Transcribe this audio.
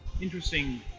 interesting